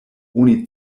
oni